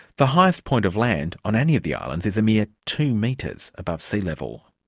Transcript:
the highest point of land on any of the islands is a mere two metres above sea level.